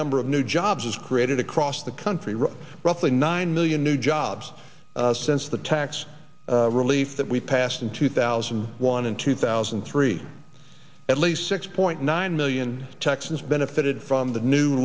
number of new jobs as created across the country were roughly nine million new jobs since the tax relief that we passed in two thousand and one and two thousand and three at least six point nine million texans benefited from the new